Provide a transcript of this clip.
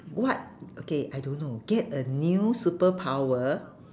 what okay I don't know get a new superpower